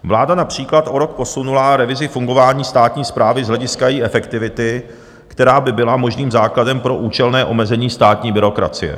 Vláda například o rok posunula revizi fungování státní správy z hlediska její efektivity, která by byla možným základem pro účelné omezení státní byrokracie.